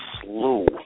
slew